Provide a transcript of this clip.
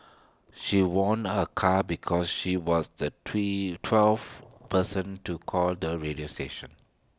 she won A car because she was the twin twelfth person to call the radio station